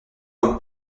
comme